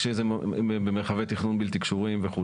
כשזה במרחבי תכנון בלתי קשורים וכו'.